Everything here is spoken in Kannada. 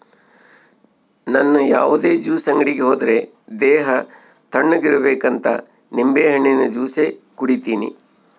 ನನ್ ಯಾವುದೇ ಜ್ಯೂಸ್ ಅಂಗಡಿ ಹೋದ್ರೆ ದೇಹ ತಣ್ಣುಗಿರಬೇಕಂತ ನಿಂಬೆಹಣ್ಣಿನ ಜ್ಯೂಸೆ ಕುಡೀತೀನಿ